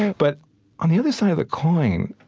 but on the other side of the coin,